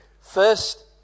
first